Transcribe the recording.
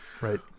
Right